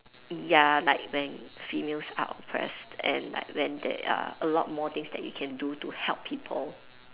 ya like when females are oppressed and like when there are a lot more things that you can do to help people